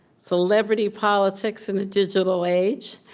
celebrity politics in the digital age.